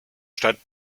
stadt